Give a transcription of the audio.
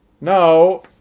Now